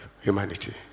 humanity